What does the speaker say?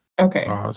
Okay